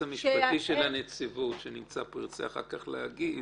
המשפטי של הנציבות שנמצא פה ירצה אחר כך להגיב,